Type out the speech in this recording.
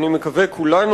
אני מקווה כולנו,